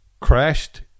crashed